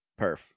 Perf